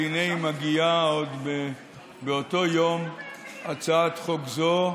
והינה מגיעה עוד באותו יום הצעת חוק זאת.